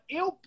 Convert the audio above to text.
eu